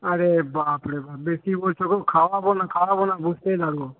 আরে বাপরে বাপ বেশী বলছ গো খাওয়াব না খাওয়াব না বসিয়ে রাখব